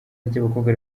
ry’abakobwa